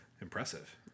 impressive